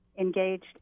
engaged